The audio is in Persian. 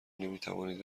نمیتوانید